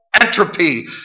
entropy